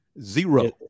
Zero